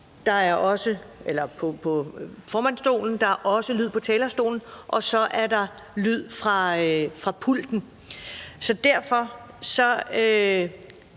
der er også lyd på talerstolen, og så er der lyd fra pulten. Så derfor